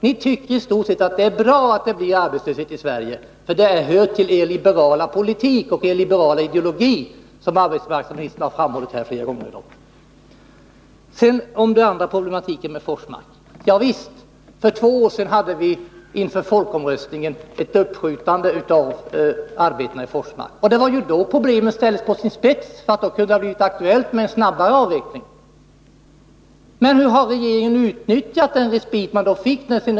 Ni tyckeristort sett att det är bra att det blir arbetslöshet i Sverige — det hör till er liberala politik och ideologi, som arbetsmarknadsministern har framhållit flera gånger. Sedan problematiken med Forsmark. För två år sedan beslutade vi inför folkomröstningen om ett uppskjutande av arbetena i Forsmark. Det var då problemen ställdes på sin spets. Men hur har regeringen utnyttjat den respit den fick?